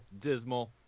dismal